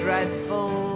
Dreadful